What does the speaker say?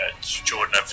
Jordan